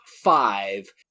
five